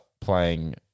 playing